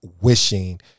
wishing